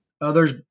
Others